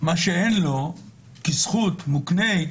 מה שאין לו כזכות מוקנית